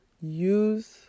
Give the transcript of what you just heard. use